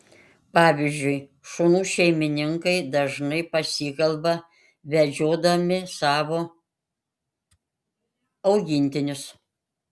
pavyzdžiui šunų šeimininkai dažnai pasikalba vedžiodami savo augintinius